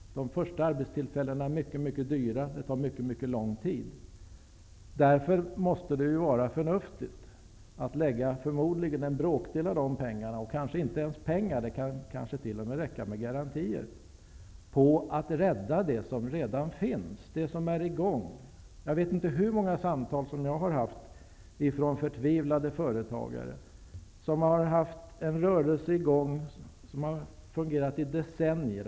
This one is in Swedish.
De första arbetstillfällena är mycket mycket dyra och tar mycket mycket lång tid att åstadkomma. Därför måste det vara förnuftigt att lägga en bråkdel av pengarna -- det kanske inte ens behövs pengar, utan det kan t.o.m. räcka med garantier -- på att rädda det som redan finns, det som är i gång. Jag vet inte hur många samtal som jag har haft med förtvivlade företagare, personer som har en rörelse i gång som har fungerat i decennier.